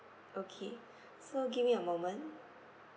okay so give me a moment